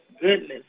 goodness